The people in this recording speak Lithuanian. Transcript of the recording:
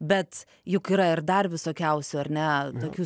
bet juk yra ir dar visokiausių ar ne tokių